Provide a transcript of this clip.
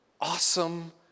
awesome